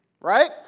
Right